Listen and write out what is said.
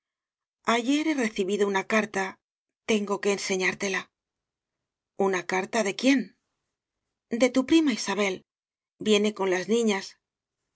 ayer he recibido una carta tengo que enseñártela una carta de quién d e tu prima isabel viene con las niñas